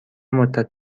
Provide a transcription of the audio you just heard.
مدت